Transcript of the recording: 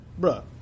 Bruh